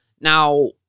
Now